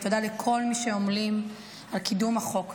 תודה לכל מי שעמלים על קידום החוק הזה.